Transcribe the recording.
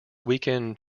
weekend